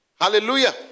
Hallelujah